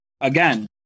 Again